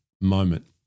moment